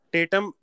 Tatum